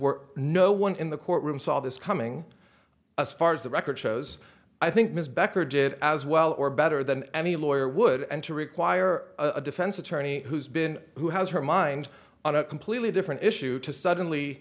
were no one in the courtroom saw this coming as far as the record shows i think ms becker did as well or better than any lawyer would and to require a defense attorney who's been who has her mind on a completely different issue to suddenly